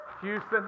Houston